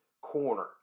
corner